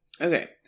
okay